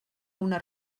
una